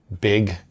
big